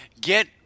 get